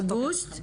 מאוגוסט.